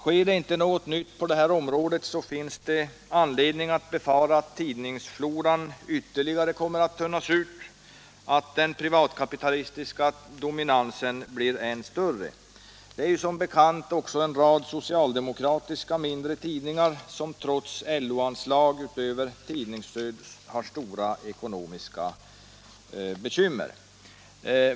Sker det inte något nytt på området, finns det anledning befara att tidningsfloran ytterligare kommer att tunnas ut, att den privatkapitalistiska dominansen blir än större. Det finns som bekant också en rad socialdemokratiska mindre tidningar som trots LO-anslag utöver tidningsstödet har stora ekonomiska bekymmer.